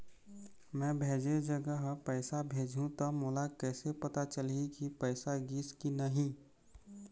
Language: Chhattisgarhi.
मैं भेजे जगह पैसा भेजहूं त मोला कैसे पता चलही की पैसा गिस कि नहीं?